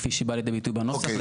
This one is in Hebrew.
כפי שבאה לידי ביטוי בנוסח.